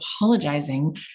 apologizing